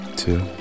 two